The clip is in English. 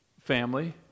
Family